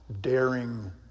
Daring